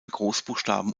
großbuchstaben